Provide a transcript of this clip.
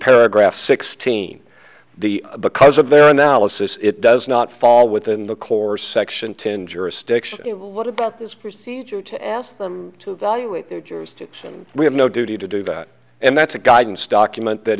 paragraph sixteen the because of their analysis it does not fall within the core section ten jurisdiction what about this procedure to ask them to evaluate their jurisdiction we have no duty to do that and that's a guidance document that